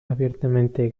abiertamente